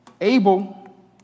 Abel